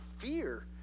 fear